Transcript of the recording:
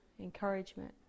encouragement